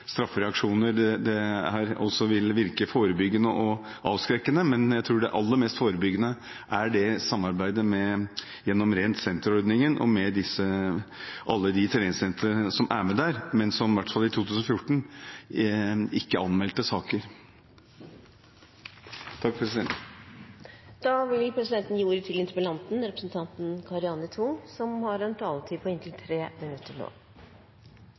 straffereaksjoner også vil virke forebyggende og avskrekkende, men jeg tror det aller mest forebyggende er det samarbeidet gjennom Rent senter-ordningen og alle de treningssentrene som er med der, men som i hvert fall i 2014 ikke anmeldte saker. Som politiker i Sør-Trøndelag, da jeg var politiker i fylkeskommunen, satte vi i gang et arbeid sammen med Antidoping Norge – et holdningsskapende arbeid for å nå elever ute i videregående skoler som